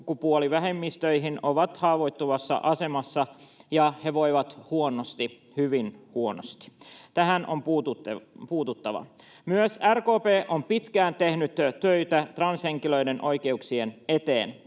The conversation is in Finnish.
sukupuolivähemmistöihin, ovat haavoittuvassa asemassa, ja he voivat huonosti, hyvin huonosti. Tähän on puututtava. Myös RKP on pitkään tehnyt töitä transhenkilöiden oikeuksien eteen.